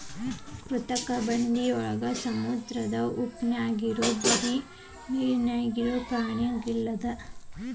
ಕೃತಕ ಬಂಡೆಯೊಳಗ, ಸಮುದ್ರದ ಉಪ್ಪನೇರ್ನ್ಯಾಗು ಬರಿ ನೇರಿನ್ಯಾಗಿನ ಪ್ರಾಣಿಗಲ್ಲದ ಜಲಸಸಿಗಳನ್ನು ಬೆಳಿಬೊದು